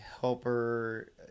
helper